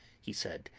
he said.